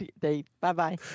bye-bye